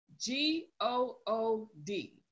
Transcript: G-O-O-D